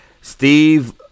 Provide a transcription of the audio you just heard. Steve